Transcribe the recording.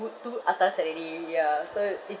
too too atas already ya so it